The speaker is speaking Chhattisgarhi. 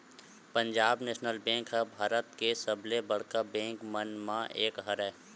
पंजाब नेसनल बेंक ह भारत के सबले बड़का बेंक मन म एक हरय